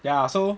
ya so